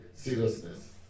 Seriousness